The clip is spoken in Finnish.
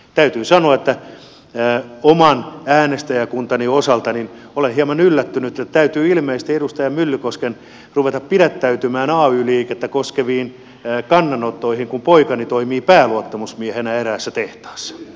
täytyy sanoa että oman äänestäjäkuntani osalta olen hieman yllättynyt että täytyy ilmeisesti edustaja myllykosken ruveta pidättäytymään ay liikettä koskevista kannanotoista kun poikani toimii pääluottamusmiehenä eräässä tehtaassa